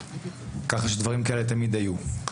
כך שדברים כאלה תמיד היו,